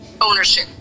ownership